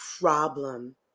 problem